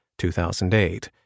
2008